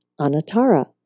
Anatara